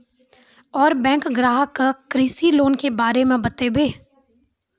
और बैंक ग्राहक के कृषि लोन के बारे मे बातेबे?